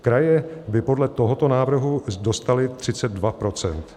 Kraje by podle tohoto návrhu dostaly 32 %.